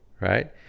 right